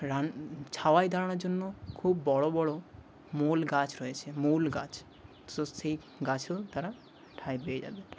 run ছায়ায় দাঁড়ানোর জন্য খুব বড় বড় মহুল গাছ রয়েছে মহুল গাছ তো সেই গাছেও তারা ঠাঁই পেয়ে যাবে